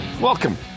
Welcome